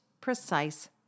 precise